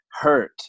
hurt